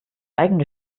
eigene